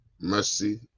mercy